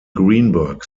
greenberg